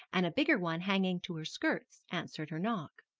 and a bigger one hanging to her skirts, answered her knock.